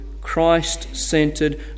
Christ-centered